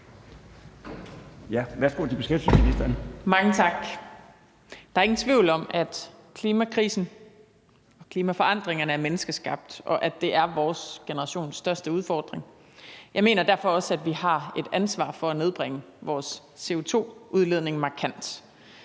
Der er ingen tvivl om, at klimakrisen og klimaforandringerne er menneskeskabte, og at det er vores generations største udfordring. Jeg mener derfor også, at vi har et ansvar for at nedbringe vores CO2-udledning markant.